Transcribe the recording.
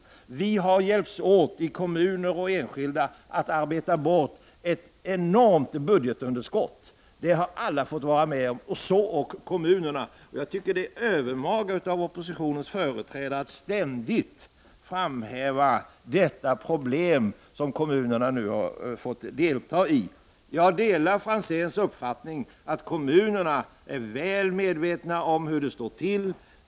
Kommuner och enskilda har hjälpts åt att arbeta bort ett enormt budgetunderskott. Det har alla fått vara med om, så ock kommunerna. Jag tycker att det är övermaga av oppositionens företrädare att ständigt framhäva detta problem som kommunerna har fått ta del av. Jag delar Ivar Franzéns uppfattning att kommunerna är väl medvetna om hur det står till.